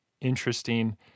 interesting